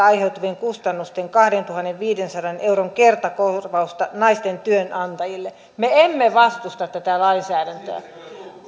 aiheutuvien kustannusten kahdentuhannenviidensadan euron kertakorvausta naisten työnantajille me emme vastusta tätä lainsäädäntöä